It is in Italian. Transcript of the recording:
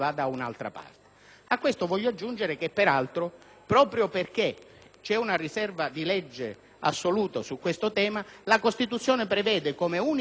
A questo voglio aggiungere che, proprio perché c'è una riserva di legge assoluta su questo tema, la Costituzione prevede, come unico criterio